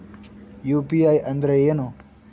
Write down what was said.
UPI ಅಂದ್ರೆ ಏನು?